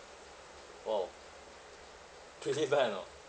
orh pretty bad you know